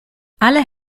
alle